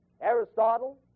Aristotle